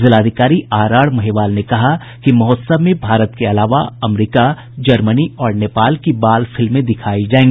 जिलाधिकारी आरआर महिवाल ने कहा कि महोत्सव में भारत के अलावा अमेरिका जर्मनी और नेपाल की बाल फिल्में दिखायी जायेंगी